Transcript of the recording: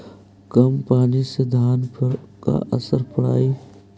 कम पनी से धान पर का असर पड़तायी?